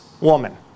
woman